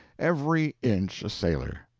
every inch a sailor,